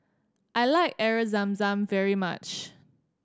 I like Air Zam Zam very much